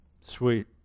Sweet